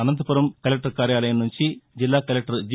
Anantapuram collector కార్యాలయం నుంచి జిల్లా కలెక్టర్ జి